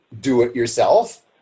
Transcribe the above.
do-it-yourself